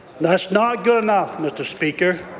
that's not good enough. mr. speaker,